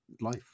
life